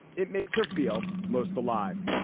it makes her feel most alive.